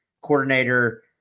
coordinator